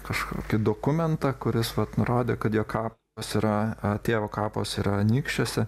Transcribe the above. kažkokį dokumentą kuris vat nurodė kad jo kapas tėvo kapas yra anykščiuose